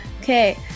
Okay